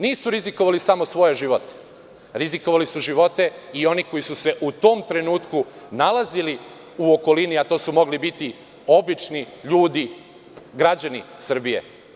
Nisu rizikovali samo svoje živote, rizikovali su živote i onih koji su se u tom trenutku nalazili u okolini, a to su mogli biti obični ljudi, građani Srbije.